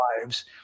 lives